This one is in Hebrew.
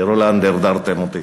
תראו לאן דרדרתם אותי.